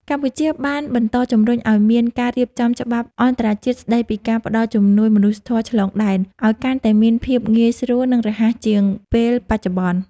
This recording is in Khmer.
កម្ពុជាបានបន្តជម្រុញឱ្យមានការរៀបចំច្បាប់អន្តរជាតិស្តីពីការផ្តល់ជំនួយមនុស្សធម៌ឆ្លងដែន ឱ្យកាន់តែមានភាពងាយស្រួល និងរហ័សជាងពេលបច្ចុប្បន្ន។